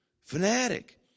Fanatic